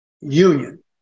union